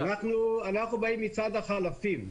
באים מצד החלפים,